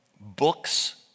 books